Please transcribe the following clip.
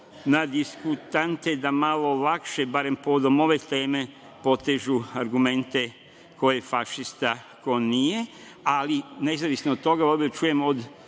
na diskutante da malo lakše, barem povodom ove teme, potežu argumente ko je fašista, ko nije, ali nezavisno od toga, ovde čujem od